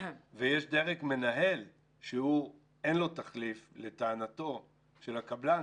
ויש דרג מנהל שאין לו תחליף לטענתו של הקבלן,